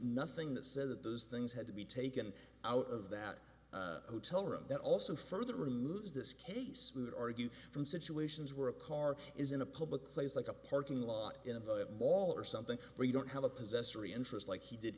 nothing that says that those things had to be taken out of that hotel room that also further removes this case would argue from situations where a car is in a public place like a parking lot in a mall or something where you don't have a